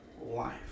Life